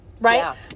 right